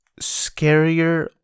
scarier